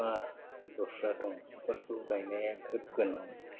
दस्रां दंफांफोरखौ गायनाया खोब गोनां